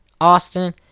Austin